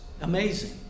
amazing